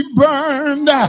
burned